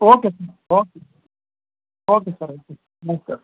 okay sir okay okay sir ಇಡ್ತೀನಿ ನಮಸ್ಕಾರ